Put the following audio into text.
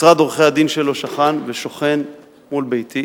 משרד עורכי-הדין שלו שכן ושוכן מול ביתי.